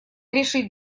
решить